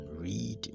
read